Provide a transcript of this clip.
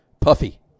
Puffy